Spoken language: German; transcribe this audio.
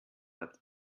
hat